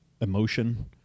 emotion